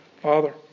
Father